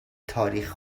تاریخ